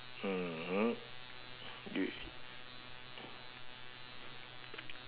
mmhmm you